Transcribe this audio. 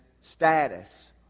status